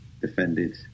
defended